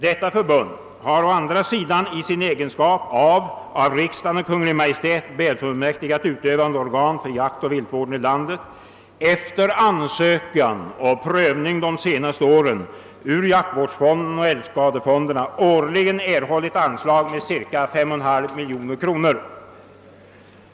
Detta förbund har å andra sidan i sin egenskap av utav riksdagen och Kungl. Maj:t befullmäktigat utövande organ för jaktoch viltvården i landet efter ansökan och prövning de senaste åren ur jaktvårdsfonden och älgskadefonderna årligen erhållit anslag med cirka 5,5 miljoner kronor.